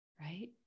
right